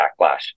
backlash